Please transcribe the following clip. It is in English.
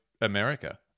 America